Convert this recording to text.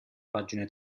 pagine